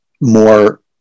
more